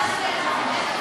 ההצבעה לא תתקיים היום,